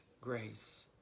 grace